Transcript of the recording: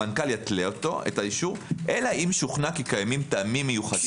המנכ"ל יתלה את האישור אלא אם שוכנע כי קיימים טעמים מיוחדים